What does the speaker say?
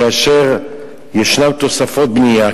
כאשר יש תוספות בנייה,